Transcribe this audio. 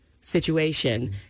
situation